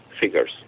figures